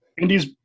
Indy's